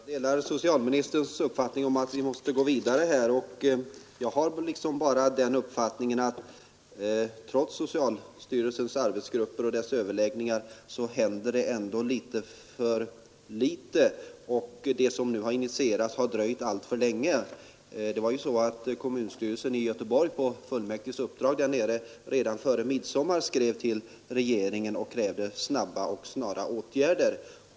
Herr talman! Jag delar socialministerns uppfattning om att vi måste gå vidare härvidlag. Jag anser bara att det, trots socialstyrelsens arbetsgrupper och deras överläggningar, händer litet — för litet — och det som nu har initierats har dröjt alltför länge. Kommunstyrelsen i Göteborg skrev på fullmäktiges uppdrag redan före midsommar förra året till regeringen och krävde snabba och snara åtgärder.